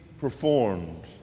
performed